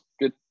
good